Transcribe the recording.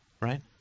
Right